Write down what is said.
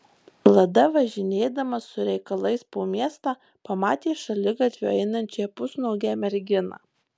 lada važinėdamas su reikalais po miestą pamatė šaligatviu einančią pusnuogę merginą